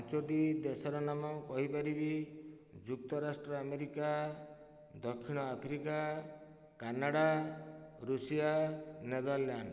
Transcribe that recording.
ପାଞ୍ଚଗୋଟି ଦେଶର ନାମ କହିପାରିବି ଯୁକ୍ତରାଷ୍ଟ୍ର ଆମେରିକା ଦକ୍ଷିଣ ଆଫ୍ରିକା କାନାଡା ଋଷିଆ ନେଦରଲ୍ୟାଣ୍ଡ